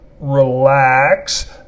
relax